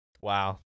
Wow